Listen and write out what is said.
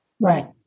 Right